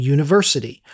University